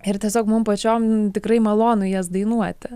ir tiesiog mum pačioms tikrai malonu jas dainuoti